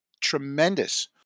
tremendous